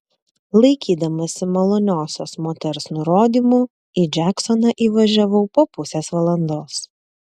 laikydamasi maloniosios moters nurodymų į džeksoną įvažiavau po pusės valandos